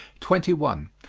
twenty one.